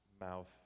mouth